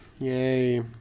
Yay